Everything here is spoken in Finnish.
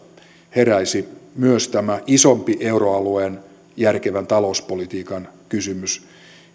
heräisi myös tämä isompi euroalueen järkevän talouspolitiikan kysymys